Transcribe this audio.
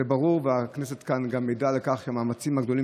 זה ברור והכנסת כאן גם עדה למאמצים הגדולים